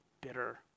bitter